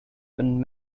been